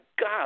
God